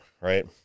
right